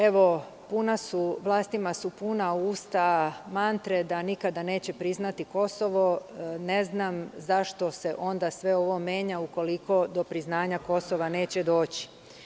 Evo, vlastima su puna usta mantre da nikada neće priznati Kosovo, ne znam zašto se onda sve ovo menja ukoliko do priznanja Kosova neće doći.